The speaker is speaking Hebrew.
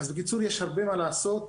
אז בקיצור יש הרבה מה לעשות,